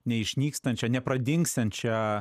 neišnykstančią nepradingsiančią